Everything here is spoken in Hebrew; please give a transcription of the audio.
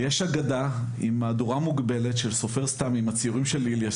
יש הגדה עם מהדורה מוגבלת של סופר סת"ם עם הציורים של איליה.